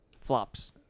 Flops